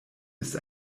ist